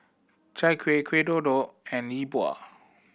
Chai Kuih Kuih Kodok and Yi Bua